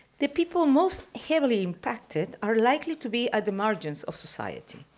the people most heavily impacted are likely to be at the margins of society.